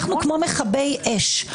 אנחנו כמו מכבי אש.